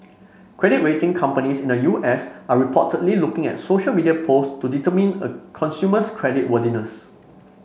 credit rating companies in the U S are reportedly looking at social media post to determine a consumer's credit worthiness